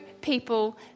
people